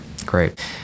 Great